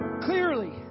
Clearly